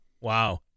Wow